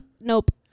nope